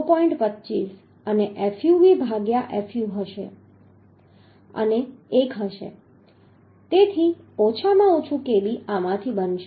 25 અને fub ભાગ્યા fu અને 1 હશે તેથી ઓછામાં ઓછું kb આમાંથી બનશે